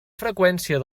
freqüència